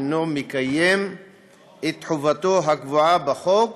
אינו מקיים את חובתו הקבועה בחוק